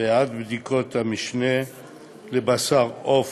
בעד בדיקת המשנה לבשר עוף,